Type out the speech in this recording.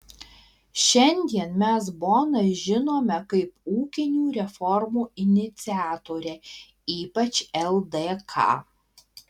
šiandien mes boną žinome kaip ūkinių reformų iniciatorę ypač ldk